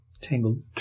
Tangled